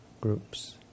groups